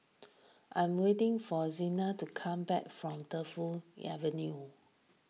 I am waiting for Zina to come back from Defu Avenue